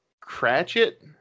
Cratchit